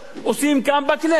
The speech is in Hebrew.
עושים כאן בכנסת?